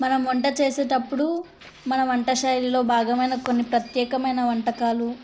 మనం వంట చేసేటప్పుడు మనం వంట శైలిలో భాగమైన కొన్ని ప్రత్యేకమైన వంటకాలు